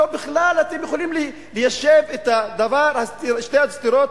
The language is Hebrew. אתם יכולים ליישב את שתי הסתירות,